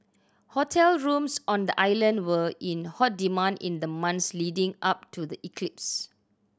hotel rooms on the island were in hot demand in the month leading up to the eclipse